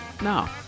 No